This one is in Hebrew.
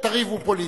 תריבו פוליטית.